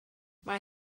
mae